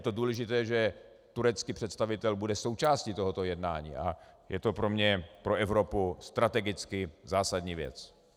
A je důležité, že turecký představitel bude součástí tohoto jednání a to je pro mě, pro Evropu strategicky zásadní věc.